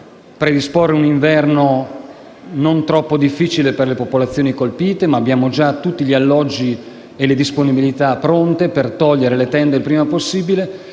predisporre un inverno non troppo difficile per le popolazioni colpite, ma abbiamo già pronti tutti gli alloggi e le disponibilità per togliere le tende prima possibile.